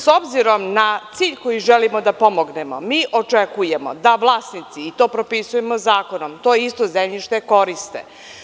S obzirom na cilj koji želimo da pomognemo, mi očekujemo da vlasnici i to propisujemo zakonom, to isto zemljište koriste.